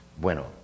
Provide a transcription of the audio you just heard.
Bueno